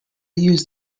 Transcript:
use